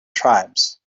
tribes